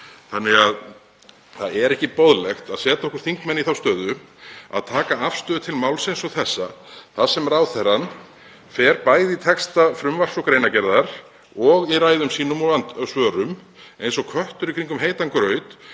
Það er ekki boðlegt að setja okkur þingmenn í þá stöðu að taka afstöðu til máls eins og þessa þar sem ráðherrann fer bæði í texta frumvarps og greinargerðar og í ræðum sínum og andsvörum eins og köttur í kringum heitan graut